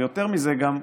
ויותר מזה גם,